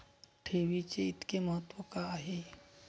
ठेवीचे इतके महत्व का आहे?